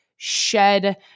shed